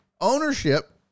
ownership